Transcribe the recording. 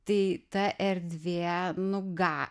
tai ta erdvė nu ga